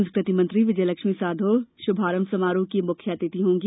संस्कृति मंत्री विजयलक्ष्मी साधौ शुभारंभ समारोह की मुख्य अतिथि होंगी